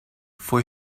fue